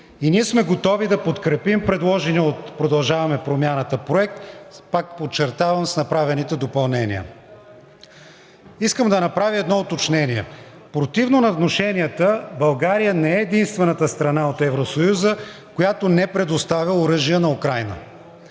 и сме готови да подкрепим предложения проект от „Продължаваме Промяната“. Пак подчертавам, с направените допълнения. Искам да направя едно уточнение. Противно на внушенията България не е единствената страна от Евросъюза, която не предоставя оръжия на Украйна.